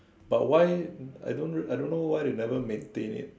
but why I don't I don't know why they never maintain it